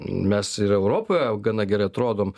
mes ir europoje gana gerai atrodom